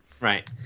Right